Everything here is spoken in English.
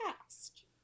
past